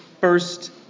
first